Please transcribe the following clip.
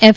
F